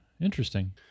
interesting